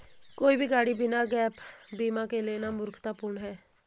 कोई भी गाड़ी बिना गैप बीमा के लेना मूर्खतापूर्ण है